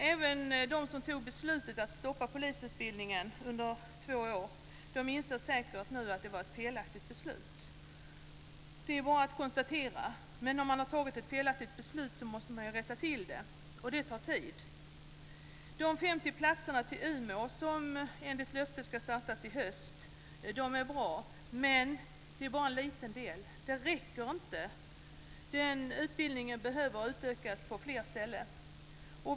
Även de som tog beslutet att stoppa polisutbildningen under två år inser säkert att det var ett felaktigt beslut. Det är bara att konstatera. Men om man har fattat ett felaktigt beslut måste man ju rätta till det, och det tar tid. De 50 platserna till Umeå, som enligt löfte ska startas i höst, är bra. Men det är bara en liten del. Det räcker inte. Utbildningen behöver utökas på fler ställen.